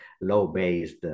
low-based